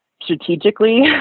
strategically